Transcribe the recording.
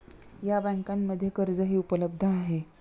या बँकांमध्ये कर्जही उपलब्ध आहे